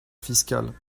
fiscale